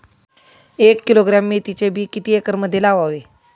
एक किलोग्रॅम मेथीचे बी किती एकरमध्ये लावावे?